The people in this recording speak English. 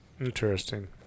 Interesting